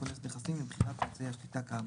כונס נכסים למכירת אמצעי השליטה כאמור.